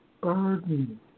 burden